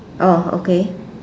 oh okay